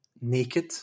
naked